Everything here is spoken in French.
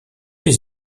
les